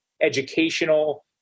Educational